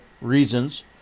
reasons